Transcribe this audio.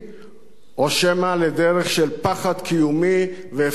או שמא לדרך של פחד קיומי והפקרות מדינית.